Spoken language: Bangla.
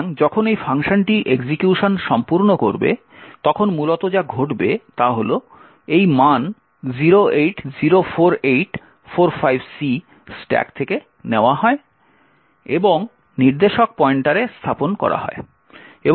সুতরাং যখন এই ফাংশনটি এক্সিকিউশন সম্পূর্ণ করবে তখন মূলত যা ঘটবে তা হল এই মান 0804845C স্ট্যাক থেকে নেওয়া হয় এবং নির্দেশক পয়েন্টারে স্থাপন করা হয়